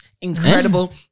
Incredible